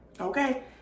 okay